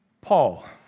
Paul